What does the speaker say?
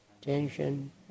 tension